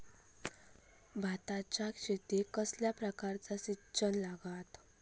भाताच्या शेतीक कसल्या प्रकारचा सिंचन लागता?